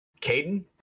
Caden